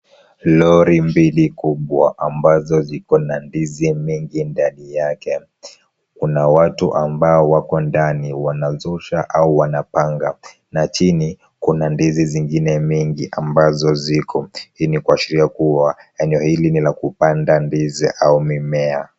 Lori mbili kubwa ambazo ziko na ndizi mingi ndani yake. Kuna watu ambao wako ndani wanazusha au wanapanga na chini kuna ndizi zingine mingi ambazo ziko. Hii ni kuashiria kuwa eneo hili ni la kupanda ndizi au mimea.